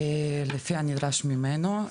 לפי הנדרש ממנו,